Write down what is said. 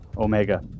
Omega